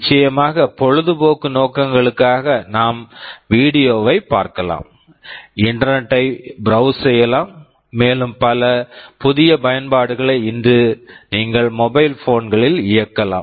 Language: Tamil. நிச்சயமாக பொழுதுபோக்கு நோக்கங்களுக்காக நாம் வீடியோ video வைப் பார்க்கலாம் இன்டர்நெட் internet ஐ பிரௌஸ் browse செய்யலாம் மேலும் பல புதிய பயன்பாடுகளை இன்று நீங்கள் மொபைல் போன் mobile phone களில் இயக்கலாம்